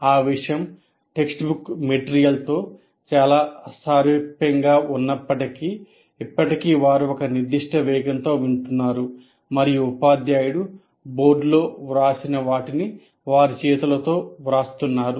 ఆ విషయం text book మెటీరియల్తో చాలా సారూప్యంగా ఉన్నప్పటికీ ఇప్పటికీ వారు ఒక నిర్దిష్ట వేగంతో వింటున్నారు మరియు ఉపాధ్యాయుడు బోర్డులో వ్రాసిన వాటిని వారి చేతులతో వ్రాస్తున్నారు